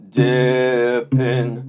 dipping